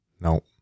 No